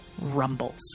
rumbles